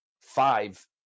five